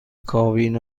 کابین